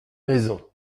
raison